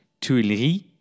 Tuileries